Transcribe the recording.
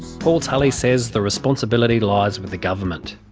paul tully says the responsibility lies with the government.